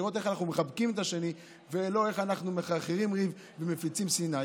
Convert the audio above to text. לראות איך אנחנו מחבקים את השני ולא אנחנו מחרחרים ריב ומפיצים שנאה.